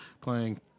playing